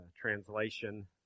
translation